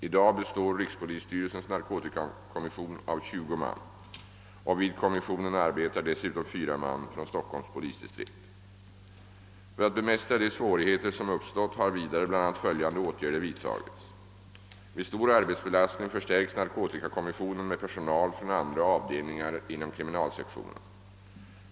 I dag består rikspolisstyrelsens narkotikakommission av 20 man. Vid kommissionen arbetar dessutom fyra man från Stockholms polisdistrikt. För att bemästra de svårigheter som uppstått har vidare bl.a. följande åtgärder vidtagits. Vid stor arbetsbelastning förstärks narkotikakommissionen med personal från andra avdelningar inom kriminalsektionen.